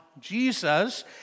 Jesus